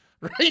right